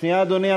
שנייה, אדוני.